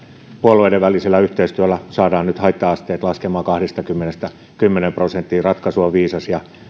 puolueiden välisellä yhteistyöllä saadaan nyt haitta asteet laskemaan kahdestakymmenestä kymmeneen prosenttiin ratkaisu on viisas